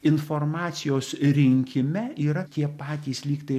informacijos rinkime yra tie patys lyg tai